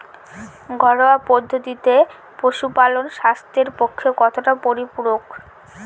ঘরোয়া পদ্ধতিতে পশুপালন স্বাস্থ্যের পক্ষে কতটা পরিপূরক?